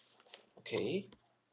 okay